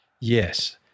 Yes